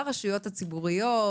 לרשויות הציבוריות,